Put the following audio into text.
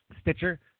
Stitcher